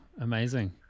Amazing